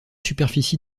superficie